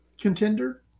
contender